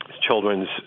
children's